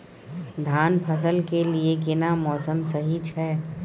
धान फसल के लिये केना मौसम सही छै?